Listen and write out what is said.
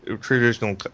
traditional